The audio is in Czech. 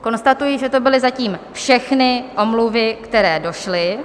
Konstatuji, že to byly zatím všechny omluvy, které došly.